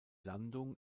landung